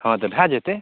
हँ तऽ भए जेतै